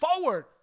forward